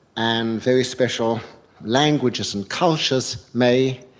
and very special languages and cultures may,